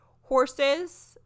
horses